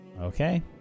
Okay